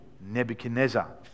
Nebuchadnezzar